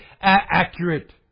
accurate